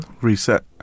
reset